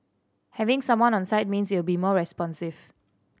having someone on site means it'll be more responsive